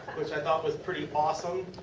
which i thought was pretty awesome.